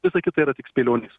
visa kita yra tik spėlionės